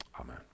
amen